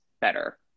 better